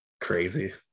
Crazy